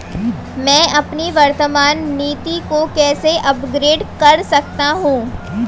मैं अपनी वर्तमान नीति को कैसे अपग्रेड कर सकता हूँ?